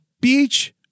Beach